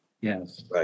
Yes